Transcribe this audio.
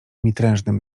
mitrężnym